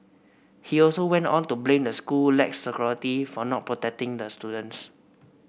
he also went on to blame the school lax security for not protecting the students